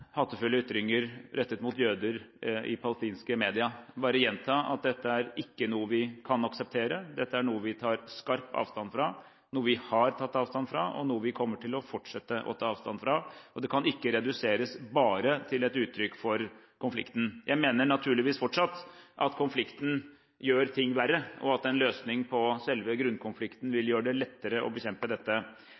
bare gjenta at dette ikke er noe vi kan akseptere, dette er noe vi tar skarpt avstand fra, noe vi har tatt avstand fra, og noe vi kommer til å fortsette å ta avstand fra. Det kan ikke reduseres bare til et uttrykk for konflikten. Jeg mener naturligvis fortsatt at konflikten gjør ting verre, og at en løsning på selve grunnkonflikten vil gjøre det lettere å bekjempe dette.